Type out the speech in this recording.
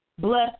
bless